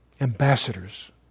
ambassadors